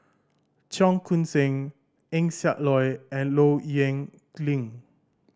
Cheong Koon Seng Eng Siak Loy and Low Yen Ling